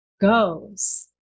goes